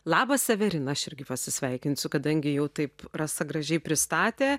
labas severina aš irgi pasisveikinsiu kadangi jau taip rasa gražiai pristatė